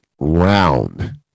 round